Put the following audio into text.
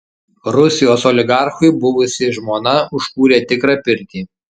rusijos oligarchui buvusi žmona užkūrė tikrą pirtį